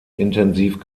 intensiv